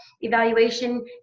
evaluation